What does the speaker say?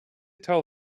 tell